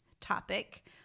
topic